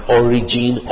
origin